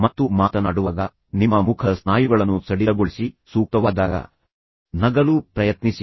ಮತ್ತು ಮಾತನಾಡುವಾಗ ನಿಮ್ಮ ಮುಖದ ಸ್ನಾಯುಗಳನ್ನು ಸಡಿಲಗೊಳಿಸಿ ಅವುಗಳನ್ನು ಮುಕ್ತಗೊಳಿಸಿ ಮತ್ತು ಸೂಕ್ತವಾದಾಗ ನಗಲು ಪ್ರಯತ್ನಿಸಿ